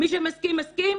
מי שמסכים, מסכים.